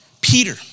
Peter